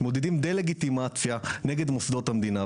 מעודדים דה לגיטימציה נגד מוסדות המדינה.